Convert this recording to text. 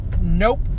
nope